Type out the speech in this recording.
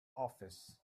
office